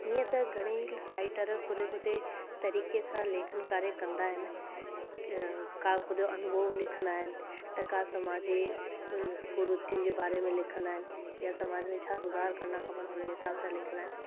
हीअं त घणेई राइटर ख़ुदिजे ख़ुदिजे तरीक़े सां लेखन कार्य कंदा आहिनि का ख़ुदि अनुभव लिखंदा आहिनि त का समाज जी कुरितियुनि जे बारे में लिखंदा आहिनि या समाज में छा सुधार करिणा खपनि हुनजे हिसाब सां लिखंदा आहिनि